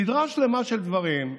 סדרה שלמה של דברים,